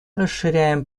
расширяем